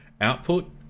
output